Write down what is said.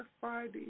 Friday